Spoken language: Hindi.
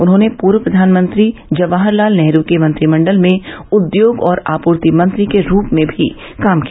उन्होंने पूर्व प्रधानमंत्री जवाहर लाल नेहरु के मंत्रिमंडल में उद्योग और आपूर्ति मंत्री के रूप में भी काम किया